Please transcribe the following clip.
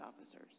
officers